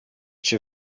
cię